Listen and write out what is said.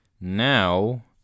Now